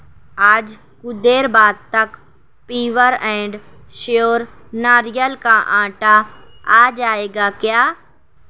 آج کچھ دیر بعد تک پیور اینڈ شیور ناریل کا آٹا آ جائے گا کیا